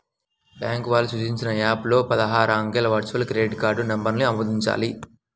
bank వాళ్ళు సూచించిన app లో పదహారు అంకెల వర్చువల్ క్రెడిట్ కార్డ్ నంబర్ను ఆమోదించాలి